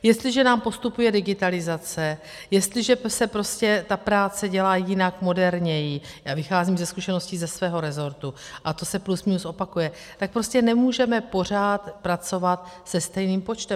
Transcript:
Jestliže nám postupuje digitalizace, jestliže se prostě ta práce dělá jinak, moderněji, já vycházím ze zkušeností ze svého rezortu a to se plus minus opakuje, tak prostě nemůžeme pořád pracovat se stejným počtem.